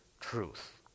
truth